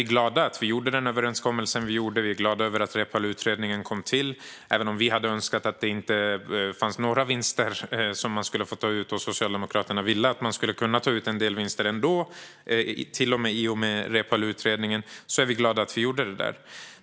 Vi är glada över att vi gjorde överenskommelsen, och vi är glada över att Reepaluutredningen kom till, även om vi hade önskat att inga vinster alls skulle få tas ut. Socialdemokraterna ville att man skulle kunna ta ut en del vinster, men vi är ändå glada över det vi gjorde och över Reepaluutredningen.